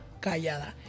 callada